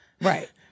right